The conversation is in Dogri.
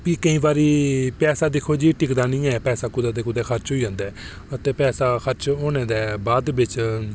भी केईं बारी पैसा दिक्खो जी टिकटां निं ऐ पैसा कुतै कुतै खर्च होई जंदा ऐ अते पैसा खर्च होने दे बाद बिच